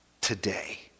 today